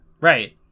Right